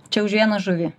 čia už vieną žuvį